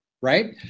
Right